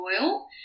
oil